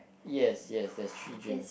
yes yes there's three drinks